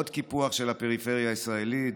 עוד קיפוח של הפריפריה הישראלית,